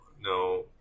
no